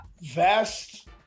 vast